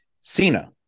Cena